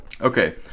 Okay